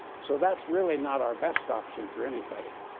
so that's really not our best option for anybody.